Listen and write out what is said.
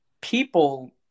people